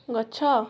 ଗଛ